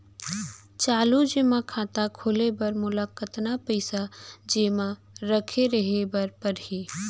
चालू जेमा खाता खोले बर मोला कतना पइसा जेमा रखे रहे बर पड़ही?